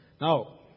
Now